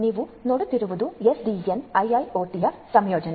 ನೀವುನೋಡುತ್ತಿರುವುದು SDN ಐಐಒಟಿಯ ಸಂಯೋಜನೆ